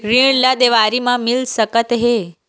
ऋण ला देवारी मा मिल सकत हे